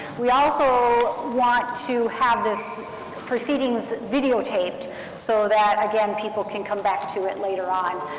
we also want to have this proceedings videotaped so that, again, people can come back to it later on.